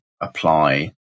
apply